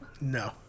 No